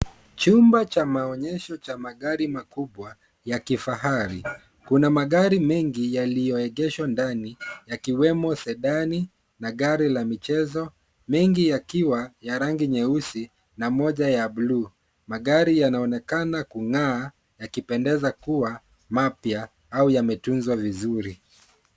Chupa cha maonyesho cha magari makubwa ya kifahari. Kuna magari mengi yaliyoegeshwa ndani, yakuwemo sedani na gari la michezo, mengi yakiwa ya rangi nyeusi na moja ya buluu. Magari yanaonekana kung'aa yakipendeza kuwa mapya au yametunza vizuri.